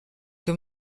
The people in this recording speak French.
que